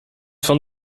von